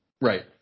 Right